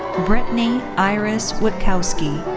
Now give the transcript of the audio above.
brittany iris witkowski.